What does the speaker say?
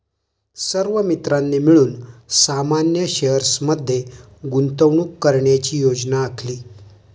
सर्व मित्रांनी मिळून सामान्य शेअर्स मध्ये गुंतवणूक करण्याची योजना आखली